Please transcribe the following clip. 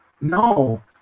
No